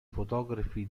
fotografi